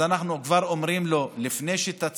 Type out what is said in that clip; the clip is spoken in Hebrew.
אז אנחנו כבר אומרים לו: לפני שתציע,